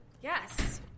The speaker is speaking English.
Yes